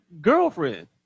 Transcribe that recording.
girlfriend